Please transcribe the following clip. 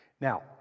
Now